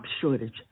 shortage